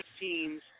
teams